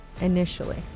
Initially